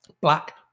Black